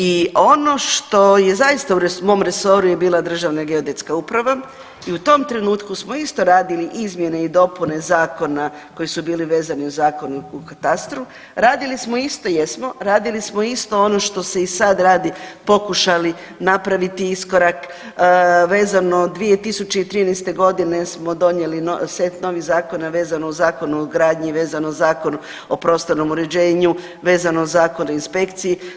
I ono što je zaista u mom resoru je bila DGU i u tom trenutku smo isto radili izmjene i dopune zakona koji su bili vezani uz Zakon o katastru, radili smo isto jesmo, radili smo isto ono što se i sad radi, pokušali napraviti iskorak vezano, 2013.g. smo donijeli set novih zakona vezano uz Zakon o gradnji, vezano uz Zakon o prostornom uređenju, vezano uz Zakon o inspekciji.